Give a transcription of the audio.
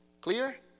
Clear